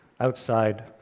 outside